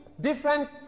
different